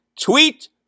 Tweet